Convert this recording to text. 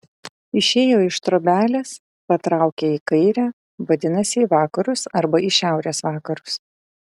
išėjo iš trobelės patraukė į kairę vadinasi į vakarus arba šiaurės vakarus